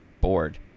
bored